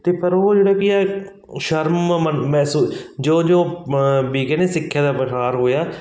ਅਤੇ ਪਰ ਉਹ ਜਿਹੜੇ ਕਿ ਹੈ ਸ਼ਰਮ ਮਹਿਸੂਸ ਜਿਉਂ ਜਿਉਂ ਵੀ ਕਹਿੰਦੇ ਸਿੱਖਿਆ ਦਾ ਪ੍ਰਸਾਰ ਹੋਇਆ